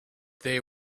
they